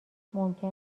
ممکن